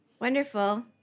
Wonderful